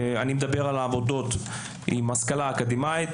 אני מדבר על עבודות עם השכלה אקדמאית.